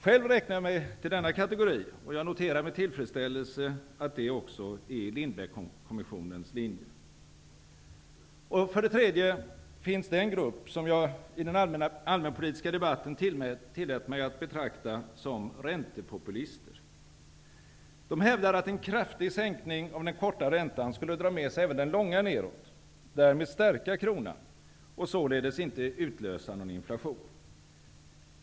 Själv räknar jag mig till denna kategori, och jag noterar med tillfredsställelse att det också är Och för det tredje finns den grupp som jag i den allmänpolitiska debatten tillät mig att betrakta som räntepopulister. De hävdar att en kraftig sänkning av den korta räntan skulle dra med sig även den långa nedåt, därmed stärka kronan och således inte utlösa någon inflation.